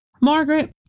Margaret